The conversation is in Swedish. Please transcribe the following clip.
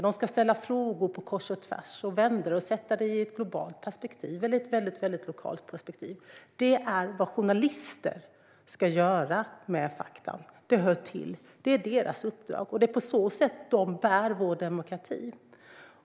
De ska ställa frågor kors och tvärs och vända på frågorna och sätta dem i ett globalt perspektiv eller i ett väldigt lokalt perspektiv. Det är vad journalister ska göra med fakta. Det hör till. Det är deras uppdrag, och det är på så sätt de bär vår demokrati.